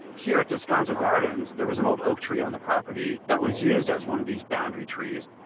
here at descanso gardens, there was an old oak tree on the property that was used as one of these boundary trees.